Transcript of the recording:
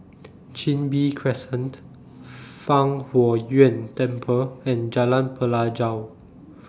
Chin Bee Crescent Fang Huo Yuan Temple and Jalan Pelajau